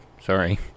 sorry